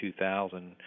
2000